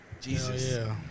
Jesus